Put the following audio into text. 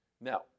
Now